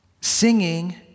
singing